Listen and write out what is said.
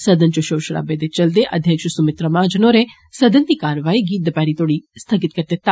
सदन च षोर षराबे दे चलदे अध्यक्ष सुमित्रा महाजन होरें सदन दी कारवाई गी दपेहरी तोड़ी स्थगित करी दिता